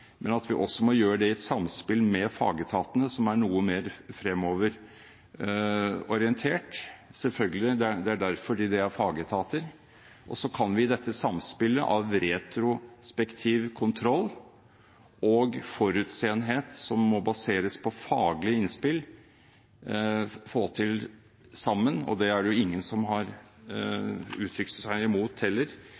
men vi må gjøre det i et samspill med fagetatene, som er noe mer fremoverorientert – selvfølgelig, det er derfor de er fagetater. Så kan vi i dette samspillet av retrospektiv kontroll og framsynthet, som må baseres på faglige innspill, få til dette sammen, og det er det jo ingen som har uttrykt seg imot